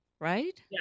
right